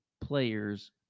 players